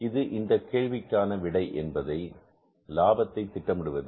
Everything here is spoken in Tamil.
இது இந்தக் கேள்விக்கான விடை என்பது லாபத்தை திட்டமிடுவது